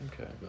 Okay